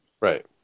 Right